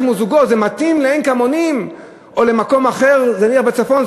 זה מתאים לעין-כמונים או למקום אחר בצפון,